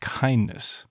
kindness